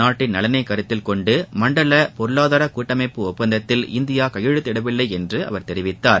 நாட்டின் நலனை கருத்தில் கொண்டல பொருளாதார கூட்டமைப்பு ஒப்பந்தத்தில் இந்தியா கையெழுத்திடவில்லை என்று அவர் தெரிவித்தார்